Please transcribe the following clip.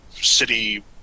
city